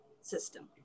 system